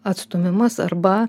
atstūmimas arba